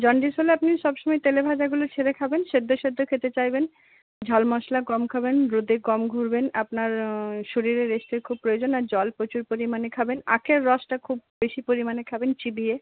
jaundice হলে আপনি সবসময় তেলেভাজাগুলো ছেড়ে খাবেন সেদ্ধ সেদ্ধ খেতে চাইবেন ঝাল মশলা কম খাবেন রোদে কম ঘুরবেন আপনার শরীরে রেস্টের খুব প্রয়োজন আর জল প্রচুর পরিমাণে খাবেন আখের রসটা খুব বেশি পরিমাণে খাবেন চিবিয়ে